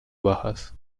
bajas